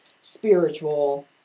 spiritual